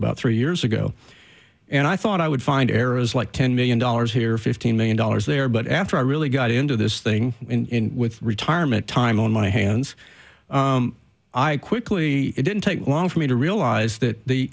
about three years ago and i thought i would find errors like ten million dollars here fifteen million dollars there but after i really got into this thing in with retirement time on my hands i quickly it didn't take long for me to realize that the